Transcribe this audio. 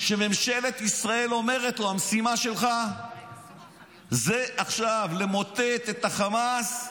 שממשלת ישראל אומרת לו: המשימה שלך זה עכשיו למוטט את החמאס,